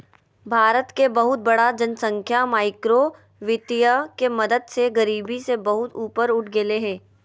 भारत के बहुत बड़ा जनसँख्या माइक्रो वितीय के मदद से गरिबी से बहुत ऊपर उठ गेलय हें